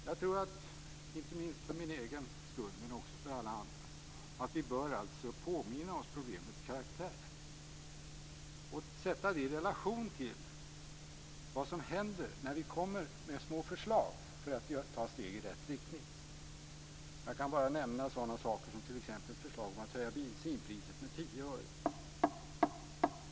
Jag tror alltså, inte minst för min egen skull men också för alla andras, att vi bör påminna oss problemets karaktär och sätta den i relation till vad som händer när vi kommer med små förslag för att ta steg i rätt riktning. Jag kan bara nämna sådana saker som t.ex. förslaget om att höja bensinpriset med 10 öre.